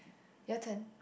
your turn